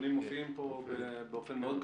הנתונים מופיעים פה באופן ברור מאוד.